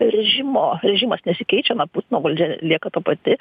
režimo režimas nesikeičiama na putino valdžia lieka ta pati